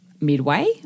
midway